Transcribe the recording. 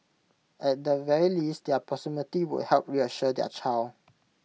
at the very least their proximity would help reassure their child